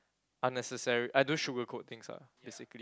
unnecessary I don't sugarcoat things ah basically